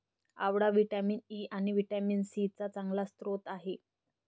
आवळा vitamin E आणि vitamin C चा चांगला स्रोत आहे